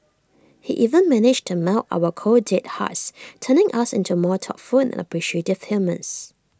he even managed to melt our cold dead hearts turning us into more thoughtful and appreciative humans